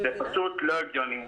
זה פשוט לא הגיוני.